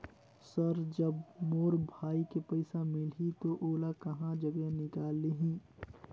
Sir जब मोर भाई के पइसा मिलही तो ओला कहा जग ले निकालिही?